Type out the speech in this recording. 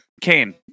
Kane